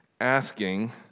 asking